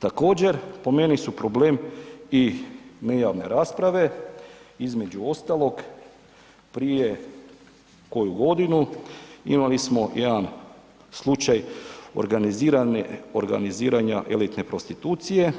Također po meni su problem i nejavne rasprave, između ostalog prije koju godinu imali smo jedan slučaj organiziranje elitne prostitucije